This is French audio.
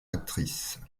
actrice